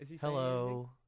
hello